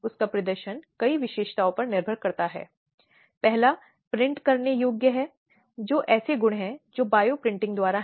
और यह रचना करने में सभी परिभाषाओं की बात करते हैं शारीरिक शोषण की बात करते हैं